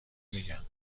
میگم